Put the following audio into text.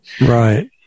Right